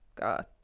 God